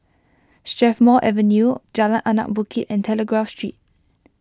Strathmore Avenue Jalan Anak Bukit and Telegraph Street